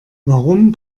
warum